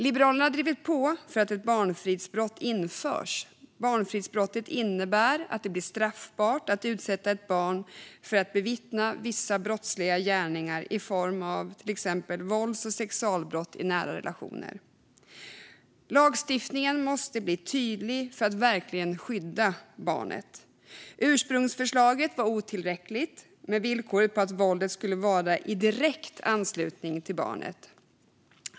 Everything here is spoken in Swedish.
Liberalerna har drivit på för att ett barnfridsbrott ska införas. Barnfridsbrottet innebär att det blir straffbart att utsätta ett barn för att bevittna vissa brottsliga gärningar i form av till exempel vålds och sexualbrott i nära relationer. Lagstiftningen måste bli tydlig för att verkligen skydda barnet. Ursprungsförslaget var otillräckligt med villkoret att våldet skulle ske i direkt anslutning till barnet.